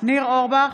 ניר אורבך,